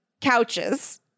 couches